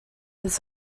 his